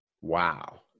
Wow